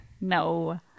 No